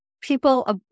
people